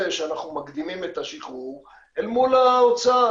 שאנחנו מקדימים את השחרור אל מול ההוצאה.